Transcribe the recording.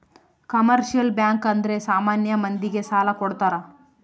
commercial bank ಅಂದ್ರೆ ಸಾಮಾನ್ಯ ಮಂದಿ ಗೆ ಸಾಲ ಕೊಡ್ತಾರ